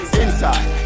inside